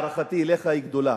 הערכתי אליך היא גדולה,